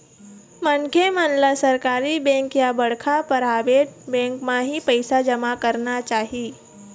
मनखे मन ल सरकारी बेंक या बड़का पराबेट बेंक म ही पइसा जमा करना चाही